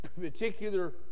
particular